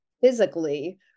physically